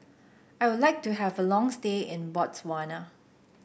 I would like to have a long stay in Botswana